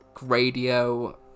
radio